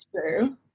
true